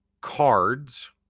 cards